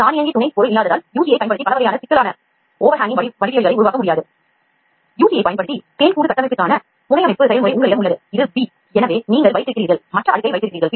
இதை ஏன் மக்கும் தன்மை என்று அழைக்கிறோம்